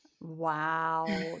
Wow